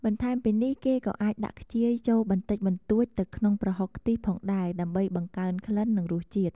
បន្ថែមពីនេះគេក៏អាចដាក់ខ្ជាយចូលបន្តិចបន្តួចទៅក្នុងប្រហុកខ្ទិះផងដែរ ដើម្បីបង្កើនក្លិន និងរសជាតិ។